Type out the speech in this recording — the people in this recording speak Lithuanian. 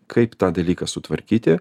kaip tą dalyką sutvarkyti